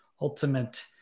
ultimate